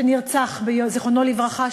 זיכרונו לברכה,